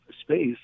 space